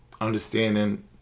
understanding